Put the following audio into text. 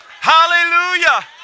Hallelujah